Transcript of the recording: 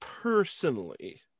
personally